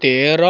ତେର